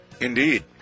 Indeed